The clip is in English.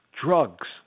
drugs